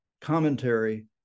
commentary